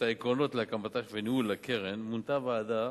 כדי לגבש את העקרונות להקמה ולניהול של הקרן מונתה ועדה